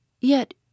Yet